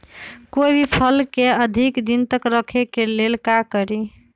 कोई भी फल के अधिक दिन तक रखे के ले ल का करी?